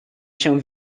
się